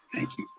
thank you.